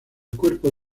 cuerpo